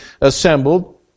assembled